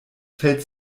fällt